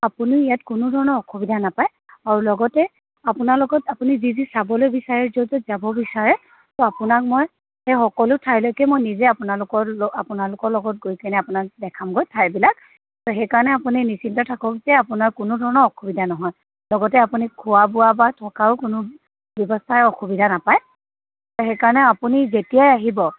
আপুনিও ইয়াত কোনো ধৰণৰ অসুবিধা নাপায় আৰু লগতে আপোনাৰ লগত আপুনি যি যি চাবলৈ বিচাৰে য'ত য'ত যাব বিচাৰে আপোনাক মই সেই সকলো ঠাইলৈকে মই নিজে আপোনাকৰ ল আপোনালোকৰ লগত গৈকেনে আপোনাক দেখামগৈ ঠাইবিলাক ত' সেইকাৰণে আপুনি নিশ্চিন্ত থাকক যে আপোনাৰ কোনো ধৰণৰ অসুবিধা নহয় লগতে আপুনি খোৱা বোৱা বা থকাও কোনো ব্যৱস্থাৰে অসুবিধা নাপায় সেইকাৰণে আপুনি যেতিয়াই আহিব